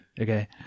Okay